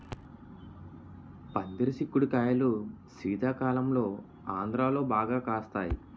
పందిరి సిక్కుడు కాయలు శీతాకాలంలో ఆంధ్రాలో బాగా కాస్తాయి